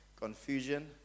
Confusion